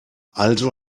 also